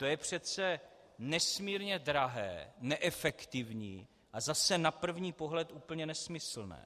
To je přece nesmírně drahé, neefektivní a zase na první pohled úplně nesmyslné.